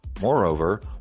Moreover